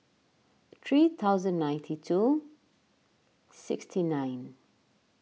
three thousand ninety two sixty nine